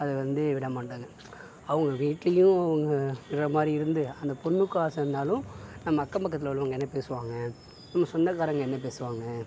அதை வந்து விடமாட்டாங்க அவங்க வீட்டிலயும் அவங்க விடுறமாரி இருந்து அந்த பொண்ணுக்கும் ஆசை இருந்தாலும் நம்ப அக்கம் பக்கத்தில் உள்ளவங்க என்ன பேசுவாங்க நம்ம சொந்தகாரங்க என்ன பேசுவாங்க